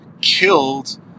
killed